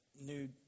new